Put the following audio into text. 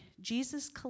Jesus